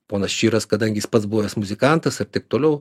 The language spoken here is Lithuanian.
ponas čyras kadangi jis pats buvęs muzikantas ir taip toliau